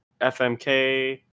FMK